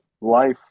life